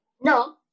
No